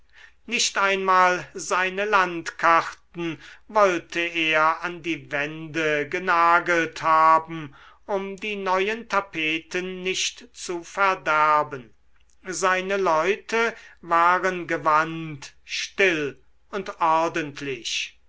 nicht einmal seine landkarten wollte er an die wände genagelt haben um die neuen tapeten nicht zu verderben seine leute waren gewandt still und ordentlich